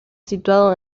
situado